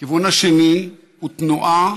הכיוון השני הוא תנועה